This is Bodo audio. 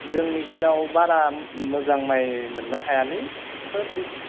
जोंनिखिनियाव बारा मोजां माइ मोननो हायालै सोब